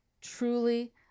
truly